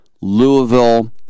Louisville